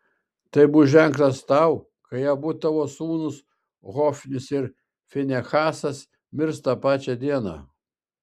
tai bus ženklas tau kai abu tavo sūnūs hofnis ir finehasas mirs tą pačią dieną